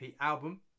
album